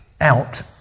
out